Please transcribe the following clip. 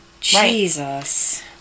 Jesus